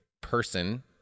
person